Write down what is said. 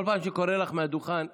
כל פעם שאני קורא לך מהדוכן "אבוקסיס",